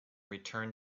return